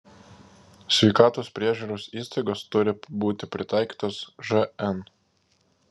sveikatos priežiūros įstaigos turi būti pritaikytos žn